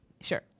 Sure